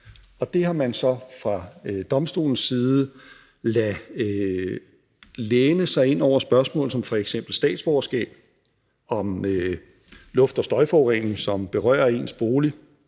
Det har man så fra domstolens side ladet læne sig ind over spørgsmål om f.eks. statsborgerskab, om luft og støjforurening, som berører ens bolig,